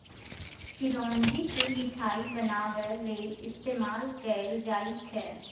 चिरौंजी केँ मिठाई बनाबै लेल इस्तेमाल कएल जाई छै